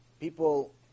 People